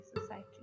society